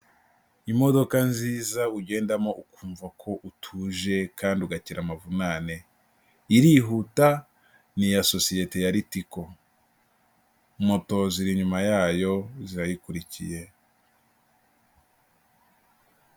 Imodoka nziza ugendamo ukumva ko utuje kandi ugakira amavunane, irihuta ni iya sosiyete ya Ritiko, moto ziri inyuma yayo zirayikurikiye.